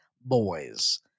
boys